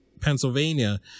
Pennsylvania